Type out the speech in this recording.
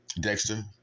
Dexter